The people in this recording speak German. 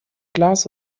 glas